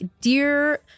dear